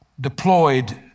deployed